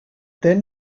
then